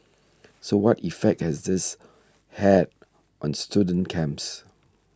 so what effect has this had on student camps